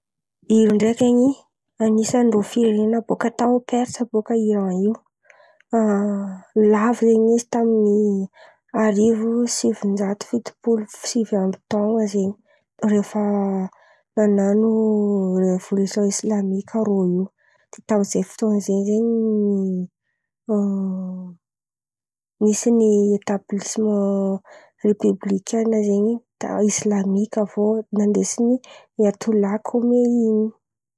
Iran ndraiky zen̈y anisan’ny ireo firenena bôka tao a persa bôka Iran io. A lavo zen̈y izy tamin’ny arivo sivin-jato fitopolo sivy amby taon̈a zen̈y rehefa nan̈ano revôlision islamika rô io. tamy zay fotoan̈a zay zen̈y nisy ny etablisman repôblikanina zen̈y ta islamika aviô nandesin’i Iatolah kôminia.